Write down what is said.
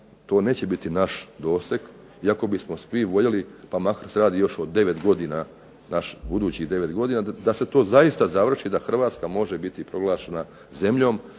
to neće biti naš doseg iako bismo svi voljeli, pa makar se radi još o naših budućih 9 godina da se to zaista završi da Hrvatska može biti proglašena zemljom